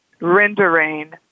rendering